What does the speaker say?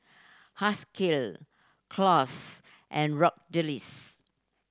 Haskell Claus and